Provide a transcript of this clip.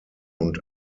und